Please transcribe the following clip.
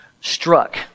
struck